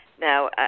Now